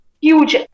huge